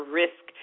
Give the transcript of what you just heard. risk